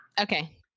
okay